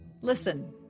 listen